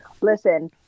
Listen